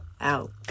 out